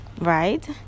right